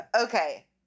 Okay